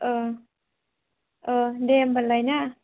ओ ओ दे होम्बालाय ना